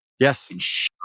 Yes